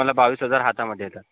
मला बावीस हजार हातामध्ये येतात